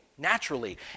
naturally